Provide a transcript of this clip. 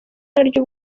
naryo